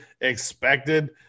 expected